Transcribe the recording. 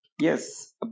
Yes